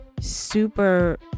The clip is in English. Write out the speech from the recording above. super